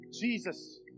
Jesus